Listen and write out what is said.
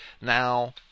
Now